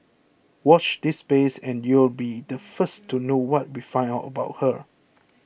watch this space and you'll be the first to know what we find out about her